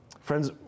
Friends